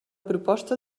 proposta